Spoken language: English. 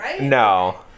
No